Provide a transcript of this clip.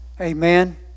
Amen